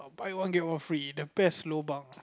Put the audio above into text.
buy one get one free the best lobang